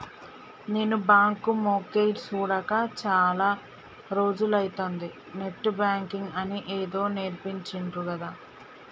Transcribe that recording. నేను బాంకు మొకేయ్ సూడక చాల రోజులైతంది, నెట్ బాంకింగ్ అని ఏదో నేర్పించిండ్రు గదా